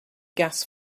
gas